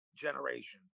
generation